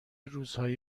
روزهایی